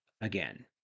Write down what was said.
again